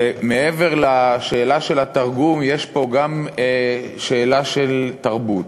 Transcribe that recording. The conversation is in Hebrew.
שמעבר לשאלה של התרגום, יש פה גם שאלה של תרבות.